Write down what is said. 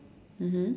mmhmm